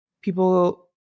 people